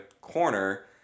corner